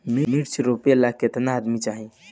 मिर्च रोपेला केतना आदमी चाही?